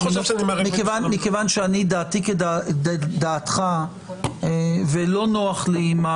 אנחנו מקווים שזה יהיה לאורך כל השנה ולא רק לקראת